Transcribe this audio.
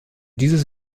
dieses